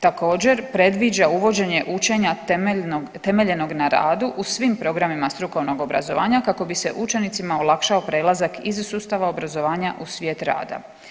Također predviđa uvođenje učenja temeljenog na radu u svim programima strukovnog obrazovanja kako bi se učenicima olakšao prelazak iz sustava obrazovanja u svijet rada.